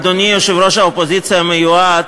אדוני יושב-ראש האופוזיציה המיועד,